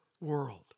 world